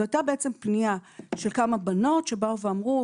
זו הייתה בעצם פנייה של כמה בנות שבאו ואמרו,